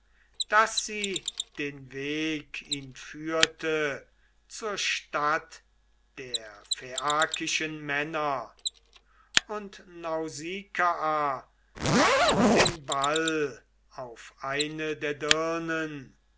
daß sie den weg ihn führte zur stadt der phaiakischen männer und nausikaa warf den ball auf eine der dirnen